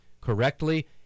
correctly